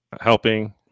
helping